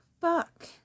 fuck